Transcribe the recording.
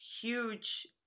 huge